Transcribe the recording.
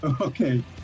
Okay